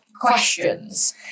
questions